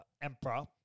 Emperor